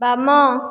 ବାମ